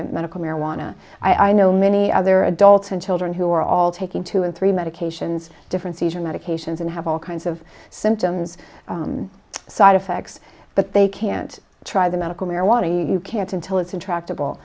try medical marijuana i know many other adults and children who are all taking two or three medications different seizure medications and have all kinds of symptoms side effects but they can't try the medical marijuana you can't until it's intractable